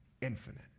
infinite